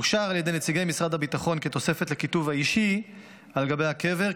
אושר על ידי נציגי משרד הביטחון כתוספת לכיתוב האישי על גבי הקבר,